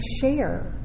share